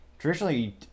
traditionally